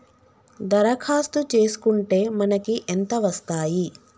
దరఖాస్తు చేస్కుంటే మనకి ఎంత వస్తాయి?